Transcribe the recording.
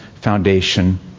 foundation